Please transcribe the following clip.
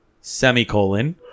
semicolon